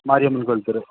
மாரியம்மன் கோவில் தெரு